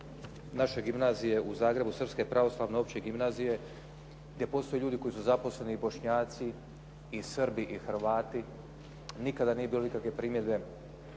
naše gimnazije u Zagrebu, srpske pravoslavne opće gimnazije gdje postoje ljudi koji su zaposleni Bošnjaci, i Srbi i Hrvati. Nikada nije bilo nikakve primjedbe.